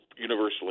universally